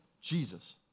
Jesus